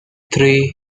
three